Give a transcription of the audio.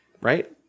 Right